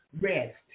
rest